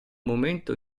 momento